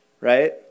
right